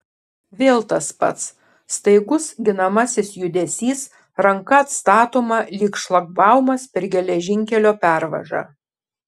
vėl tas pats staigus ginamasis judesys ranka atstatoma lyg šlagbaumas per geležinkelio pervažą